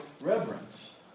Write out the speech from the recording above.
reverence